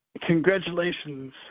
Congratulations